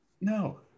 No